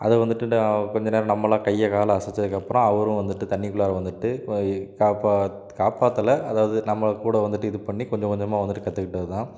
அதை வந்துட்டு டா கொஞ்சம் நேரம் நம்மளா கையை காலை அசைச்சதுக்கப்பறம் அவரும் வந்துட்டு தண்ணிக்குள்ளார வந்துட்டு வை காப்பாத் காப்பாத்தல அதாவது நம்மளை கூட வந்துட்டு இது பண்ணிக் கொஞ்சம் கொஞ்சமா வந்துட்டு கற்றுக்கிட்டது தான்